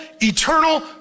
eternal